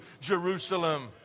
Jerusalem